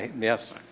yes